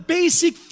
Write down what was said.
basic